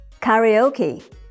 karaoke